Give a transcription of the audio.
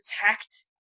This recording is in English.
protect